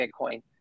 bitcoin